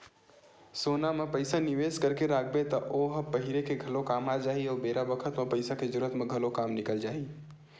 सोना म पइसा निवेस करके राखबे त ओ ह पहिरे के घलो काम आ जाही अउ बेरा बखत म पइसा के जरूरत म घलो काम निकल जाही